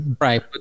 Right